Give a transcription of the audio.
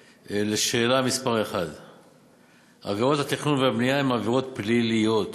1. עבירות התכנון והבנייה הן עבירות פליליות